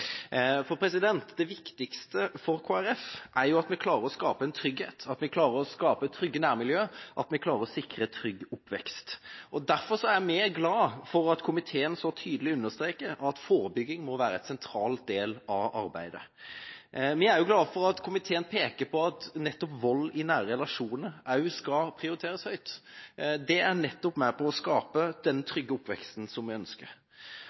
Det viktigste for Kristelig Folkeparti er at vi klarer å skape en trygghet, at vi klarer å skape trygge nærmiljøer, at vi klarer å sikre trygge oppvekstforhold. Derfor er vi glad for at komiteen så tydelig understreker at forebygging må være en sentral del av arbeidet. Vi er også glad for at komiteen peker på at vold i nære relasjoner skal prioriteres høyt. Det er nettopp med på å skape de trygge oppvekstforholdene som vi ønsker.